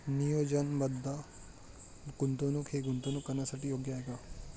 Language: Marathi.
नियोजनबद्ध गुंतवणूक हे गुंतवणूक करण्यासाठी योग्य आहे का?